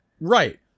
right